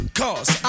cause